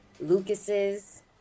Lucas's